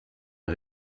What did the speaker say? est